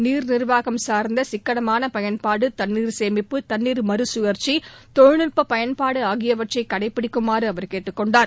நீர் நிர்வாகம் சார்ந்த சிக்கனமான பயன்பாடு தன்னீர் சேமிப்பு தன்னீர் மறுசுழற்சி தொழில்நட்ப பயன்பாடு ஆகியவற்றை கடைபிடிக்குமாறு அவர் கேட்டுக்கொண்டார்